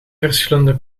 verschillende